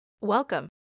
Welcome